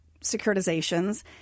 securitizations